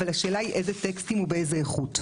אבל השאלה היא איזה טקסטים ובאיזה איכות.